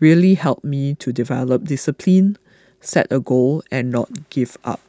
really helped me to develop discipline set a goal and not give up